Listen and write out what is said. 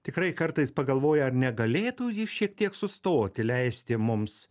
tikrai kartais pagalvoji ar negalėtų jis šiek tiek sustoti leisti mums